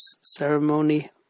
ceremony